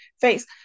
face